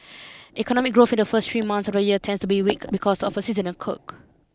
economic growth in the first three months of the year tends to be weak because of a seasonal quirk